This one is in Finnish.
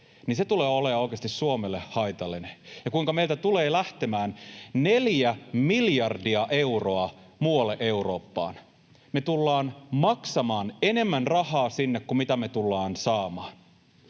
tulee olemaan oikeasti Suomelle haitallinen ja kuinka meiltä tulee lähtemään 4 miljardia euroa muualle Eurooppaan. Me tullaan maksamaan enemmän rahaa sinne kuin me tullaan saamaan.